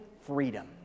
freedom